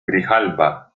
grijalba